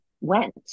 went